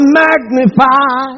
magnify